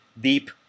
deep